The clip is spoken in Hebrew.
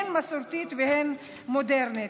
הן מסורתית והן מודרנית.